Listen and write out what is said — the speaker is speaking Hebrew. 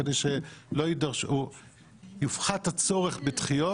כדי שיופחת הצורך בדחיות.